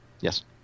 Yes